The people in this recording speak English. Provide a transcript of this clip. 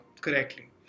correctly